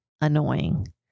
annoying